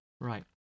Right